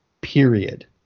period